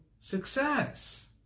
success